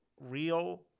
real